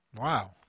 Wow